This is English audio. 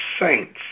saints